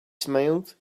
smiled